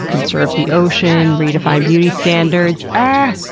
conserve the ocean, redefine beauty standards, ahh!